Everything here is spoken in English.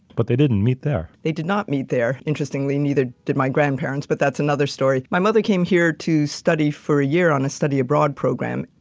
but they didn't meet there. they did not meet there, interestingly, neither did my grandparents, but that's another story. my mother came here to study for a year on a study abroad program,